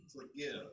forgive